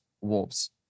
wolves